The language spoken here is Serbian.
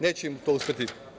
Neće im to uspeti.